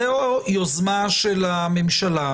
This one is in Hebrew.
זו יוזמה של הממשלה,